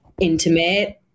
intimate